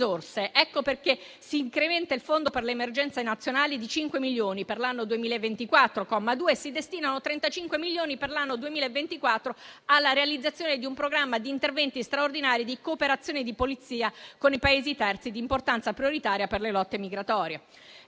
Ecco perché si incrementa il fondo per le emergenze nazionali di cinque milioni per l'anno 2024 (comma 2) e si destinano 35 milioni per l'anno 2024 alla realizzazione di un programma di interventi straordinari di cooperazione di polizia con i Paesi terzi di importanza prioritaria per le rotte migratorie.